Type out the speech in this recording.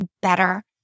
better